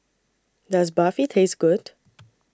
Does Barfi Taste Good